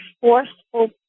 forceful